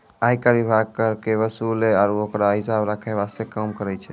आयकर विभाग कर के वसूले आरू ओकरो हिसाब रख्खै वास्ते काम करै छै